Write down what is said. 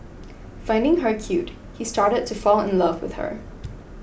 finding her cute he started to fall in love with her